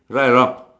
right or not